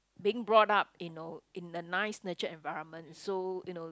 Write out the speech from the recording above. being brought up you know in a nice nurtured environment so you know